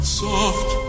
soft